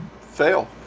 fail